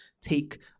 take